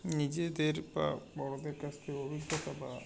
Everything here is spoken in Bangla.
নিজেদের বা বড়দের কাছ থেকে অভিজ্ঞতা বা